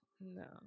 No